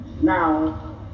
now